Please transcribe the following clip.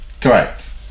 Correct